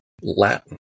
Latin